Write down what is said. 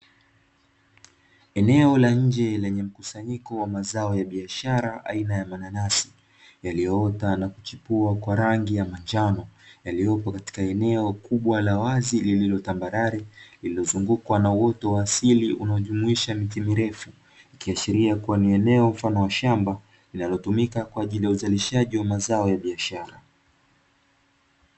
Eneo la nje lenye mkusanyiko wa mazao ya biashara aina ya mananasi, yaliyoota na kuchipua kwa rangi ya manjano. Yaliyopo katika eneo kubwa la wazi lililotambarare lililozungukwa na uoto wa asili, unaojumuisha miti mirefu. Ikiashiria kuwa ni eneo mfano shamba linalotumika kwa ajili ya uzalishaji wa mazao ya biashara.